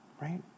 right